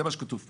זה מה שכתוב פה.